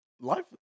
Life